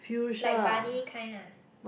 like bunny kind ah